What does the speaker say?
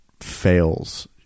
fails